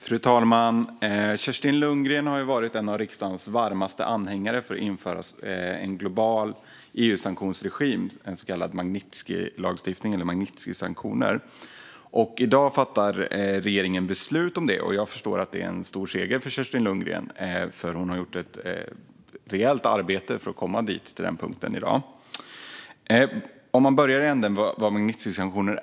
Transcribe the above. Fru talman! Kerstin Lundgren har varit en av riksdagens varmaste anhängare av att införa en global EU-sanktionsregim, en så kallad Magnitskijlagstiftning eller Magnitskijsanktioner. I dag fattar regeringen beslut om det. Jag förstår att det är en stor seger för Kerstin Lundgren, för hon har gjort ett rejält arbete för att komma till den punkten. Vad är Magnitskijsanktioner?